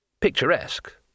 Picturesque